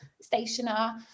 stationer